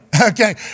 Okay